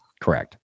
Correct